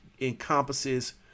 encompasses